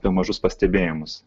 apie mažus pastebėjimus